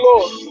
Lord